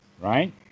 right